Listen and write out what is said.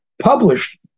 published